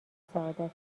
سعادتت